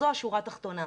זו השורה התחתונה.